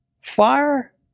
fire